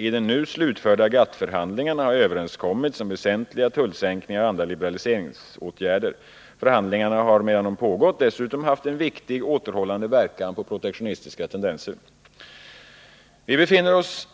I de nu slutförda GATT-förhandlingarna har överenskommits om väsentliga tullsänkningar och andra liberaliseringsåtgärder. Förhandlingarna har medan de pågått dessutom haft en viktig återhållande verkan på protektionistiska tendenser. Vi befinner oss